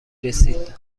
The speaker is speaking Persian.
رسید